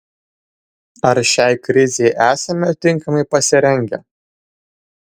ar šiai krizei esame tinkamai pasirengę